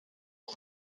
elm